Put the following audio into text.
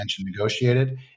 negotiated